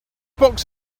box